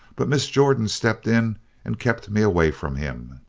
but miss jordan stepped in and kept me away from him.